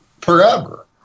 forever